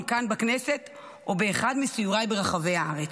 כאן בכנסת או באחד מסיוריי ברחבי הארץ.